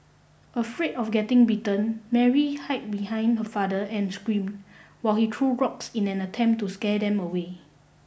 afraid of getting bitten Mary hid behind her father and screamed while he threw rocks in an attempt to scare them away